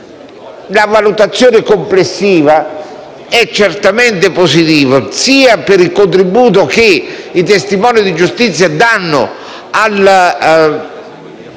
La valutazione complessiva è certamente positiva, da un lato per il contributo che i testimoni di giustizia danno